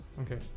Okay